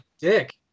Dick